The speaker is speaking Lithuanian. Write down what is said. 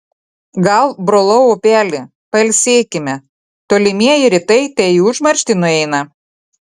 gal brolau upeli pailsėkime tolimieji rytai te į užmarštį nueina